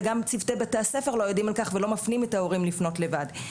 וגם צוותי בתי הספר לא יודעים על כך ולא מפנים את ההורים לפנות לבד.